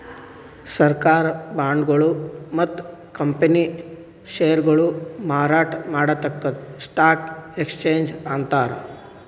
ಸರ್ಕಾರ್ ಬಾಂಡ್ಗೊಳು ಮತ್ತ್ ಕಂಪನಿ ಷೇರ್ಗೊಳು ಮಾರಾಟ್ ಮಾಡದಕ್ಕ್ ಸ್ಟಾಕ್ ಎಕ್ಸ್ಚೇಂಜ್ ಅಂತಾರ